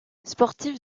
sportif